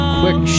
quick